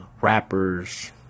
rappers